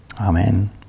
Amen